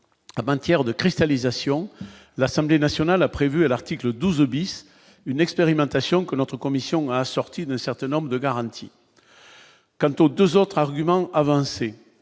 20 tiers de cristallisation, l'Assemblée nationale a prévu à l'article 12 bis, une expérimentation que notre commission assorti d'un certain nombre de garanties quant aux 2 autres arguments avancés